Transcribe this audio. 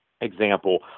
example